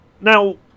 Now